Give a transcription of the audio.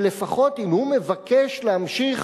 שלפחות אם הוא מבקש להמשיך